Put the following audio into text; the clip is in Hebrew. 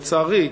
לצערי,